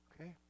okay